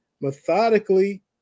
methodically